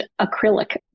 acrylic